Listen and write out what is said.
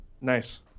Nice